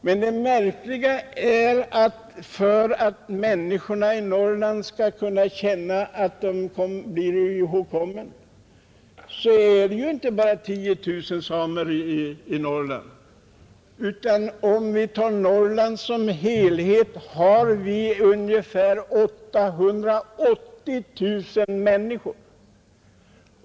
Men om människorna i Norrland skall kunna känna att de är ihågkomna, så är det inte bara fråga om 10 000 samer i Norrland, utan om vi tar Norrland som helhet finns där ungefär 880 000 människor.